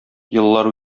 еллар